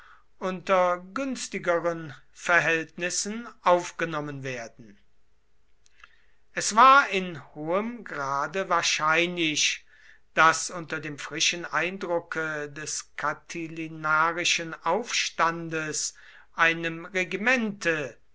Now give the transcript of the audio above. unter günstigeren verhältnissen aufgenommen werden es war in hohem grade wahrscheinlich daß unter dem frischen eindrucke des catilinarischen aufstandes einem regimente